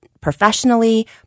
professionally